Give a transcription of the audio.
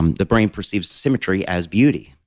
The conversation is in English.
um the brain perceives symmetry as beauty,